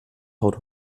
haut